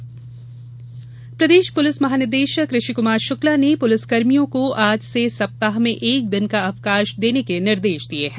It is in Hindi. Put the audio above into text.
प्लिस अवकाश पुलिस महानिदेशक ऋषि कुमार शुक्ला ने पुलिसकर्मियों को आज से सप्ताह में एक दिन का अवकाश प्रदान करने के निर्देश दिये हैं